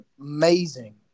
amazing